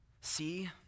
See